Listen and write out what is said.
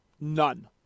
None